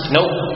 Nope